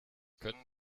können